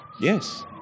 Yes